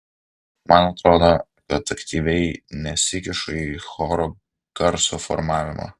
man atrodo kad aktyviai nesikišu į choro garso formavimą